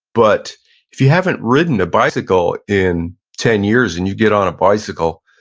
but if you haven't ridden a bicycle in ten years and you get on a bicycle,